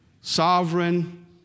Sovereign